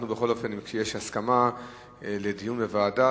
יש הסכמה לדיון בוועדה.